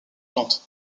plantes